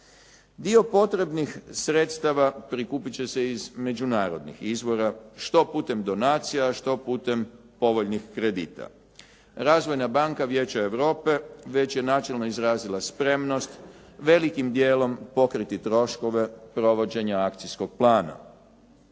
Dio potrebnih sredstava prikupit će se iz međunarodnih izvora što putem donacija, što putem povoljnih kredita. Razvojna banka Vijeće Europe već je načelno izrazila spremnost velikim dijelom pokriti troškove provođenja akcijskog plana.